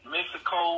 Mexico